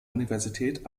universität